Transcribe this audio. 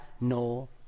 no